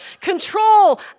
Control